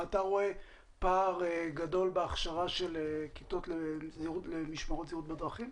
אתה רואה פער גדול בהכשרה של כיתות למשמרות זהירות בדרכים?